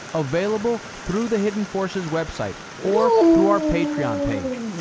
available through the hidden forces website or through our patreon page.